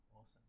Awesome